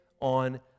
on